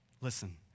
Listen